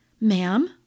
Ma'am